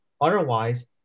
Otherwise